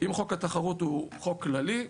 אם חוק התחרות הוא חוק כללי,